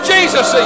Jesus